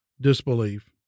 disbelief